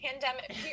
pandemic